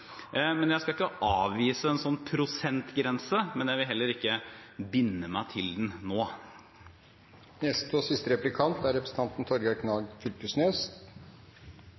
men jeg vil heller ikke binde meg til den nå.